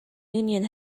union